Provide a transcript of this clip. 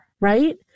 Right